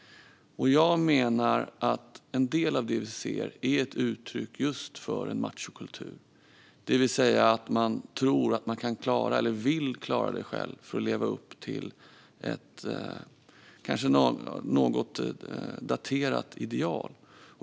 Jag menar att en del av det vi ser är ett uttryck för en machokultur, det vill säga att man vill klara något själv för att leva upp till ett något daterat ideal.